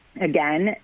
again